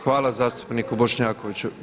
Hvala zastupniku Bošnjakoviću.